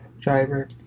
Driver